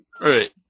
Right